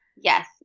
Yes